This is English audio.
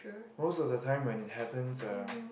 most of the time when it happens uh